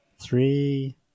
three